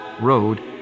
Road